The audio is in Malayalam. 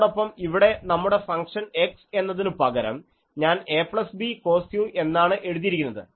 അതോടൊപ്പം ഇവിടെ നമ്മുടെ ഫംഗ്ഷൻ x എന്നതിനു പകരം ഞാൻ ab cos എന്നാണ് എഴുതിയിരിക്കുന്നത്